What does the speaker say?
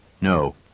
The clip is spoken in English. No